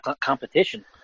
competition